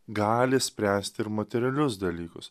gali spręst ir materialius dalykus